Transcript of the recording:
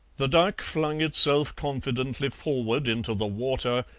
the duck flung itself confidently forward into the water,